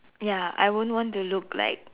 ya I wouldn't want to look like